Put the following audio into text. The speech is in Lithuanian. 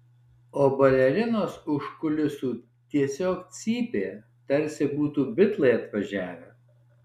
o balerinos už kulisų tiesiog cypė tarsi būtų bitlai atvažiavę